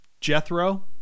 Jethro